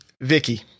Vicky